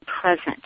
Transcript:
present